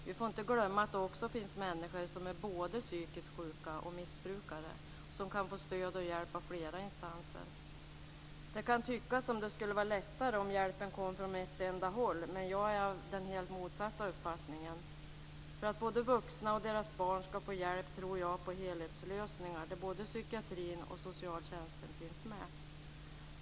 Vi får inte glömma att det också finns människor som är både psykiskt sjuka och missbrukare och som kan få stöd och hjälp av flera instanser. Det kan tyckas som att det skulle vara lättare om hjälpen kom från ett enda håll, men jag är av den helt motsatta uppfattningen. För att både vuxna och deras barn ska få hjälp tror jag på helhetslösningar där både psykiatrin och socialtjänsten finns med.